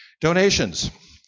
Donations